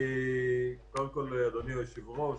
אדוני היושב-ראש,